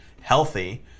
healthy